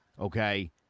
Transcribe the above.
okay